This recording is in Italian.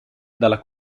dalla